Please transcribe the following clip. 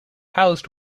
housed